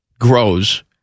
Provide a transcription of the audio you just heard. grows